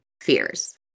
fears